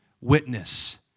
witness